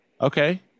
okay